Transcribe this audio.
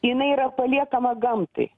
jinai yra paliekama gamtai